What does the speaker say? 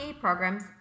programs